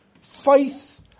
faith